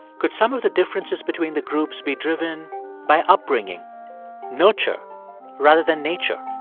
could some of the differences between the groups be driven by upbringing nurture rather than nature?